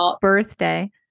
birthday